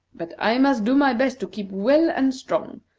but i must do my best to keep well and strong,